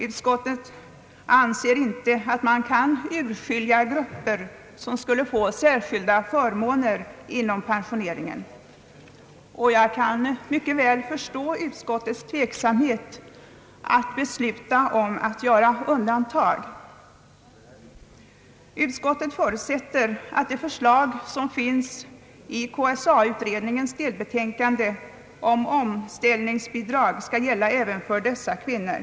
Utskottet anser att man inte kan skilja ut grupper, som skulle få särskilda förmåner inom pensioneringen, och jag kan mycket väl förstå utskottets tveksamhet att besluta sig för att göra ett undantag. Utskottet förutsätter att de förslag, som finns i KSA utredningens delbetänkande om omställningsbidrag, skall gälla även för dessa kvinnor.